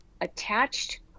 attached